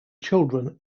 children